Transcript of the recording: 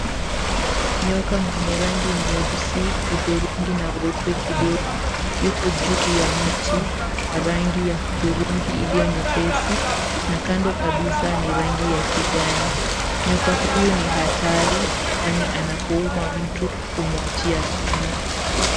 Nyoka mwenye rangi nyeusi, hudhurungi na weupe kidogo yuko juu ya mti wa rangi 𝑦𝑎 hudhurungi 𝑖𝑙𝑖𝑦𝑜 nyepesi na kando kabisa ni rangi ya kijani. Nyoka huyu ni hatari kwani anapouma mtu humuachia sumu.